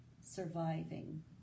Surviving